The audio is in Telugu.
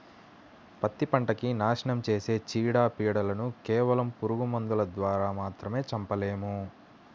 పత్తి పంటకి నాశనం చేసే చీడ, పీడలను కేవలం పురుగు మందుల ద్వారా మాత్రమే చంపలేము